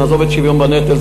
נעזוב שוויון בנטל,